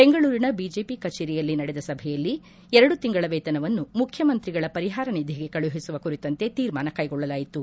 ಬೆಂಗಳೂರಿನ ಬಿಜೆಪಿ ಕಚೇರಿಯಲ್ಲಿ ನಡೆದ ಸಭೆಯಲ್ಲಿ ಎರಡು ತಿಂಗಳ ವೇತನವನ್ನು ಮುಖ್ಯಮಂತ್ರಿಗಳ ಪರಿಹಾರ ನಿಧಿಗೆ ಕಳುಹಿಸುವ ಕುರಿತಂತೆ ತೀರ್ಮಾನ ಕೈಗೊಳ್ಳಲಾಯಿತು